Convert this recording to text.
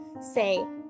Say